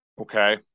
Okay